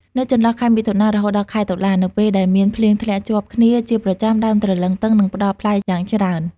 នៅចន្លោះខែ មិថុនា រហូតដល់ខែតុលា នៅពេលដែលមានភ្លៀងធ្លាក់ជាប់គ្នាជាប្រចាំ ដើមទ្រលឹងទឹងនឹងផ្ដល់ផ្លែយ៉ាងច្រើន។